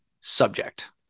subject